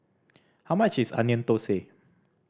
how much is Onion Thosai